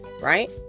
right